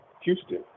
Houston